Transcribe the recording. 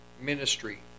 ministry